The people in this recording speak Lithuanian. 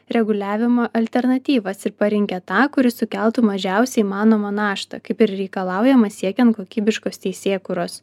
reguliavimo alternatyvas ir parinkę tą kuri sukeltų mažiausią įmanomą naštą kaip ir reikalaujama siekiant kokybiškos teisėkūros